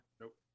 Nope